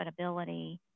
profitability